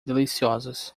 deliciosas